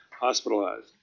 hospitalized